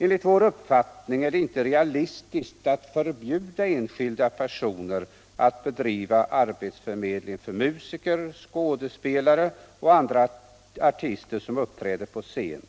Enligt vår uppfattning är det inte realistiskt att förbjuda enskilda personer att bedriva arbetsförmedling för musiker, skådespelare och andra artister som uppträder på scen.